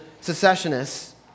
secessionists